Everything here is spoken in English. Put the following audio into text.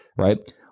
Right